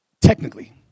technically